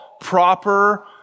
proper